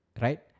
right